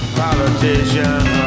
politician